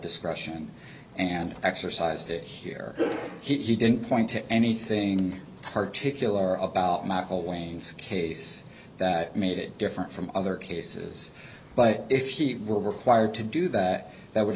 discretion and exercised it here he didn't point to anything particularly about michael lane's case that made it different from other cases but if he were required to do that that would